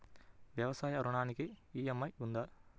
వ్యవసాయ ఋణానికి ఈ.ఎం.ఐ ఉందా?